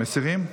מסירים?